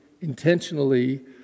intentionally